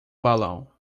balão